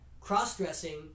cross-dressing